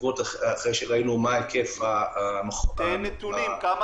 כשראינו מה היקף --- תן נתונים כמה